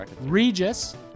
Regis